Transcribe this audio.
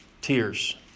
tears